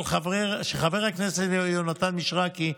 של חבר הכנסת יונתן מישרקי,